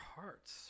hearts